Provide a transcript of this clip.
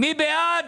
מי בעד?